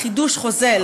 מחידוש חוזה לחידוש חוזה,